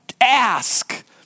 Ask